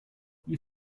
you